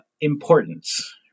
importance